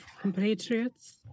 compatriots